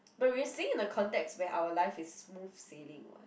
but we are seeing in the context where our life is smooth sailing [what]